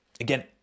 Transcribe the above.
Again